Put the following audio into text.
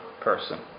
person